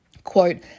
quote